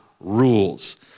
rules